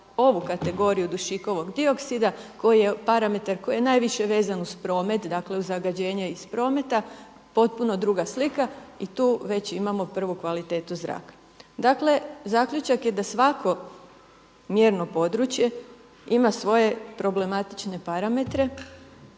ovu kategoriju dušikovog dioksida koji je, parametar, koji je najviše vezan uz promet, dakle uz zagađenje iz prometa potpuno druga slika i tu već imamo prvu kvalitetu zraka. Dakle zaključak je da svako mjerno područje ima svoje problematične parametre